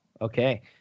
Okay